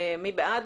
מי בעד?